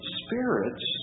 spirits